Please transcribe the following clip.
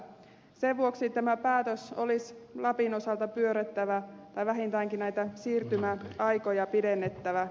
sen vuoksi tämä päätös olisi lapin osalta pyörrettävä tai vähintäänkin näitä siirtymäaikoja pidennettävä